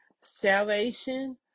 salvation